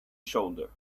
shoulder